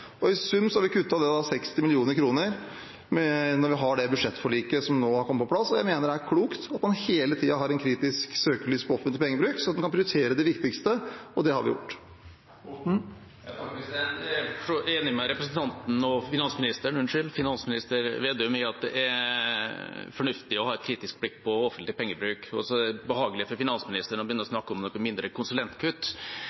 I sum har vi kuttet 60 mill. kr med det budsjettforliket som nå er på plass. Jeg mener det er klokt at man hele tiden har et kritisk søkelys på det offentliges pengebruk, slik at man kan prioritere det viktigste. Det har vi gjort. Jeg er for så vidt enig med finansminister Slagsvold Vedum i at det er fornuftig å ha et kritisk blikk på offentlig pengebruk. Så er det behagelig for finansministeren å begynne å